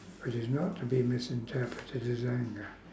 which is not to be misinterpreted as anger